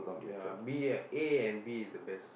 ya B ah A and B is the best